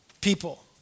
people